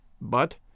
but